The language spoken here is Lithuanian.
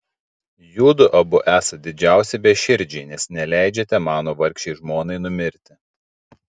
judu abu esat didžiausi beširdžiai nes neleidžiate mano vargšei žmonai numirti